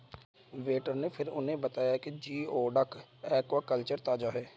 waiter ने फिर उसे बताया कि जिओडक एक्वाकल्चर ताजा है